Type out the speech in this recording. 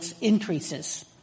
increases